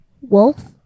Wolf